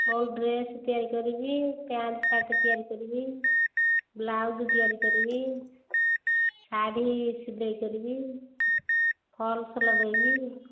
ମୁଁ ଡ୍ରେସ୍ ତିଆରି କରିବି ପ୍ୟାଣ୍ଟ୍ ସାର୍ଟ୍ ତିଆରି କରିବି ବ୍ଲାଉଜ୍ ତିଆରି କରିବି ଶାଢ଼ୀ ସିଲେଇ କରିବି ଫଲ୍ସ୍ ଲଗେଇବି